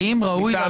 האם ראוי לעגן.